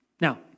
Now